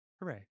hooray